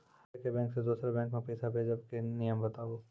आजे के बैंक से दोसर बैंक मे पैसा भेज ब की नियम या बताबू?